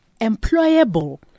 employable